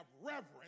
reverence